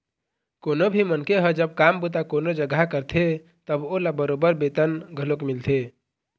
कोनो भी मनखे ह जब काम बूता कोनो जघा करथे तब ओला बरोबर बेतन घलोक मिलथे